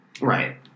Right